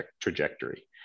trajectory